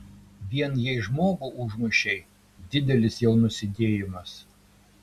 vien jei žmogų užmušei didelis jau nusidėjimas